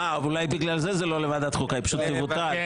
אולי בגלל זה זה לא לוועדת החוקה, היא פשוט תבוטל.